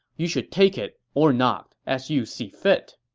you should take it or not as you see fit.